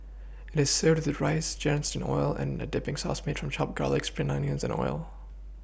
it is served with rice drenched in oil and a dipPing sauce made of chopped garlic spring onions and oil